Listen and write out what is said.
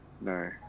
No